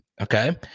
Okay